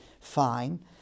fine